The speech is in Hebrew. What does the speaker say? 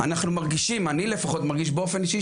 אני אתחיל בדברי פתיחה,